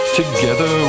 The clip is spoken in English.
together